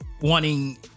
wanting